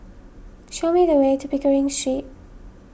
show me the way to Pickering